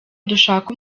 dushaka